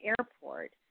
airport